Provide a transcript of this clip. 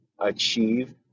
achieve